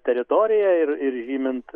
teritoriją ir ir žymint